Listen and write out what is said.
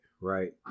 Right